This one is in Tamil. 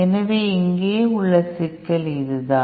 எனவே இங்கே உள்ள சிக்கல் இதுதான்